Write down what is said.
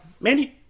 Mandy